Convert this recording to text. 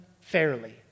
fairly